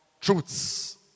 truths